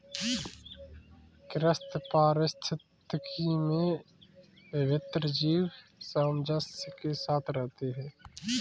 कृषि पारिस्थितिकी में विभिन्न जीव सामंजस्य के साथ रहते हैं